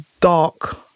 dark